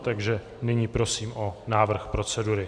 Takže nyní prosím o návrh procedury.